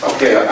Okay